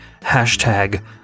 Hashtag